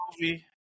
movie